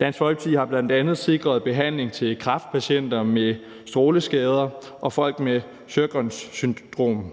Dansk Folkeparti har bl.a. sikret behandling til kræftpatienter med stråleskader og folk med Sjøgrens syndrom,